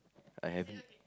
I haven't